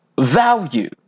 value